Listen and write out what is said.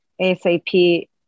asap